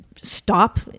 stop